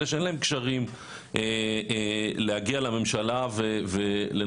אלה שאין להם קשרים להגיע לממשלה ולנסות